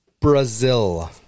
Brazil